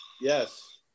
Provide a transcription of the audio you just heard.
yes